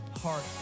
heart